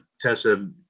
Tessa